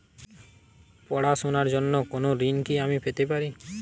পড়াশোনা র জন্য কোনো ঋণ কি আমি পেতে পারি?